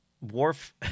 Worf